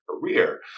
career